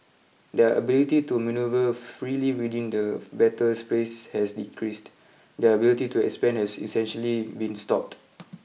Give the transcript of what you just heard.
their ability to manoeuvre freely within the battle space has decreased their ability to expand has essentially been stopped